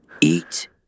Eat